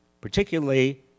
particularly